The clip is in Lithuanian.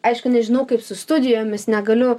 aišku nežinau kaip su studijomis negaliu